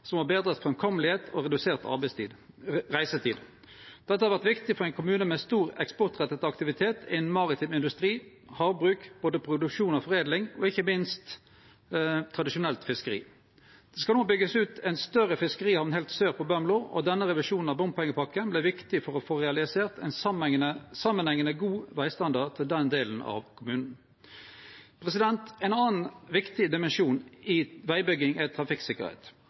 og redusert reisetid. Det har vore viktig for ein kommune med stor eksportretta aktivitet innan maritim industri, havbruk, både produksjon og foredling, og ikkje minst tradisjonelt fiskeri. Det skal no byggjast ut ei større fiskerihamn heilt sør på Bømlo, og denne revisjonen av bompengepakken vert viktig for å få realisert ein samanhengande god vegstandard til den delen av kommunen. Ein annan viktig dimensjon i vegbygging er trafikksikkerheit.